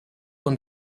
und